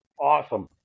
awesome